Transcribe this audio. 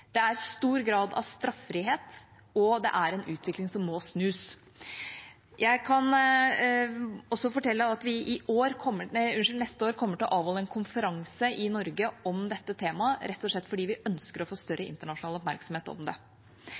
Det er stor grad av straffrihet, og det er en utvikling som må snus. Jeg kan også fortelle at vi neste år kommer til å avholde en konferanse i Norge om dette temaet, rett og slett fordi vi ønsker å få større internasjonal oppmerksomhet om det.